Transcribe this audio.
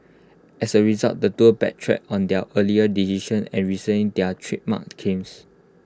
as A result the duo backtracked on their earlier decision and rescinded their trademark claims